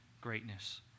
greatness